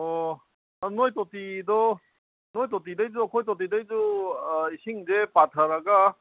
ꯑꯣ ꯅꯣꯏ ꯇꯣꯇꯤꯗꯣ ꯅꯣꯏ ꯇꯣꯇꯤꯗꯩꯁꯨ ꯑꯩꯈꯣꯏ ꯇꯣꯇꯤꯗꯩꯁꯨ ꯏꯁꯤꯡꯁꯦ ꯄꯥꯊꯔꯒ